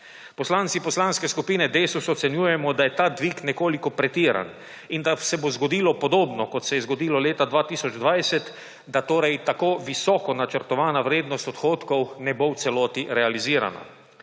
Poslanci Poslanske skupine Desus ocenjujemo, da je ta dvig nekoliko pretiran in da se bo zgodilo podobno, kot se je zgodilo leta 2020, da torej tako visoko načrtovana vrednost odhodkov ne bo v celoti realizirana.